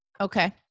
Okay